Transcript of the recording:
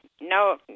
No